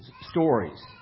stories